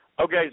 Okay